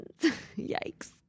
Yikes